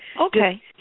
Okay